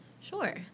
Sure